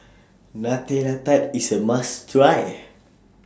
Nutella Tart IS A must Try